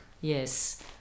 Yes